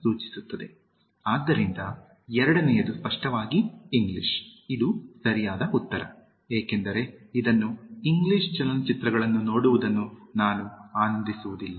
ಆದ್ದರಿಂದ ಎರಡನೆಯದು ಸ್ಪಷ್ಟವಾಗಿ ಇಂಗ್ಲಿಷ್ ಅದು ಸರಿಯಾದ ಉತ್ತರ ಏಕೆಂದರೆ ಇದನ್ನು ಇಂಗ್ಲಿಷ್ ಚಲನಚಿತ್ರಗಳನ್ನು ನೋಡುವುದನ್ನು ನಾನು ಆನಂದಿಸುವುದಿಲ್ಲ